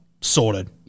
sorted